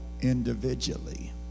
individually